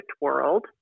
world